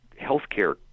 healthcare